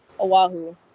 Oahu